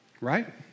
right